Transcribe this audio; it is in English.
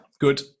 good